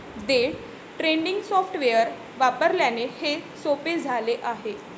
day trading software वापरल्याने हे सोपे झाले आहे